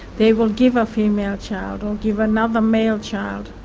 they will give a female child or give another male child.